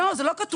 לא, זה לא כתוב.